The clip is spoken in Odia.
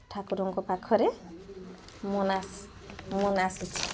ଠାକୁରଙ୍କ ପାଖରେ ମନାସିଛି